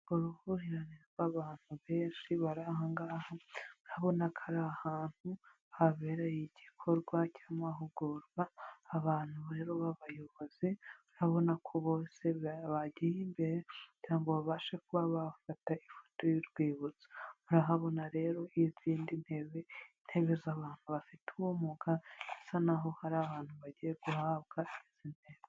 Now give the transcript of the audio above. Uruhurirane rw'abantu benshi bari aha ngaha, urabona ko ari ahantu habereye igikorwa cy'amahugurwa, abantu rero b'abayobozi, urabona ko bose bagiye imbere kugira ngo babashe kuba bafata ifoto y'urwibutso, urahabona rero izindi ntebe, intebe z'abantu bafite ubumuga, bisa naho hari abantu bagiye guhabwa izi ntebe.